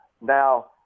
Now